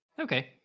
Okay